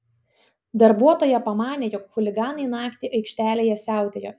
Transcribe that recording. darbuotoja pamanė jog chuliganai naktį aikštelėje siautėjo